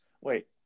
Wait